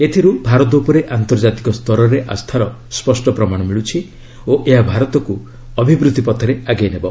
ଏଥିରୁ ଭାରତ ଉପରେ ଆନ୍ତର୍ଜାତିକ ସ୍ତରରେ ଆସ୍ଥାର ସ୍ୱଷ୍ଟ ପ୍ରମାଣ ମିଳୁଛି ଓ ଏହା ଭାରତକୁ ଅଭିବୃଦ୍ଧି ପଥରେ ଆଗେଇ ନେବ